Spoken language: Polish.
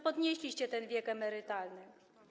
Podnieśliście wiek emerytalny.